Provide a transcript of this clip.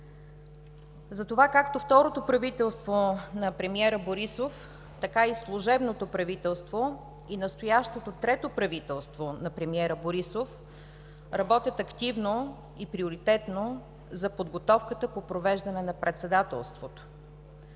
Затова, както второто правителство на премиера Борисов, така и служебното правителство, и настоящото трето правителство на премиера Борисов работят активно и приоритетно за подготовката по провеждане на председателството.